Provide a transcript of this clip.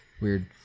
Weird